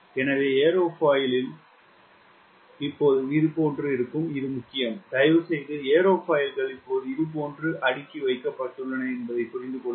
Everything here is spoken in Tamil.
எனவே ஏரோஃபாயில்ஸ் இப்போது இதுபோன்று இருக்கும் இது முக்கியம் தயவுசெய்து ஏரோஃபைல்கள் இப்போது இதுபோன்று அடுக்கி வைக்கப்பட்டுள்ளன என்பதை புரிந்து கொள்ளுங்கள்